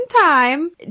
time